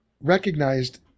recognized